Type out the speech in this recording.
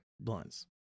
blunts